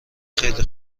خیلی